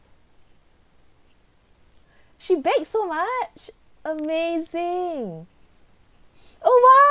she bake so much amazing oh !wow!